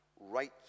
right